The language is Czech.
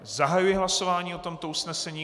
Zahajuji hlasování o tomto usnesení.